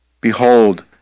Behold